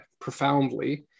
profoundly